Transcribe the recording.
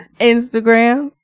Instagram